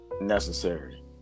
necessary